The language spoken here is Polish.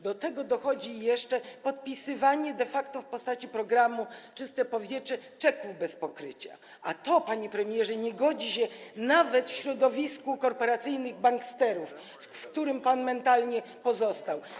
Do tego dochodzi jeszcze podpisywanie de facto w postaci programu „Czyste powietrze” czeków bez pokrycia, a tego nie godzi się robić, panie premierze, nawet w środowisku korporacyjnych banksterów, w którym pan mentalnie pozostał.